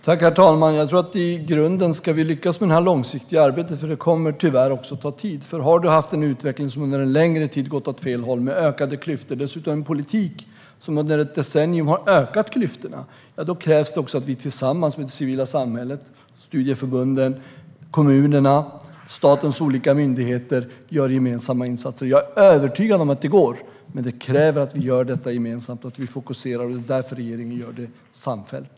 Herr talman! Jag tror i grunden att om vi ska lyckas med det här långsiktiga arbetet - det kommer tyvärr att ta tid, för vi har haft en utveckling som under en längre tid gått åt fel håll med ökade klyftor och dessutom en politik som under ett decennium också har ökat klyftorna - krävs det att vi tillsammans med det civila samhället, alltså studieförbunden, kommunerna och statens olika myndigheter, gör gemensamma insatser. Jag är övertygad om att det går, men det kräver att vi gör detta gemensamt och att vi fokuserar. Det är därför regeringen gör det samfällt.